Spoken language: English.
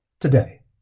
today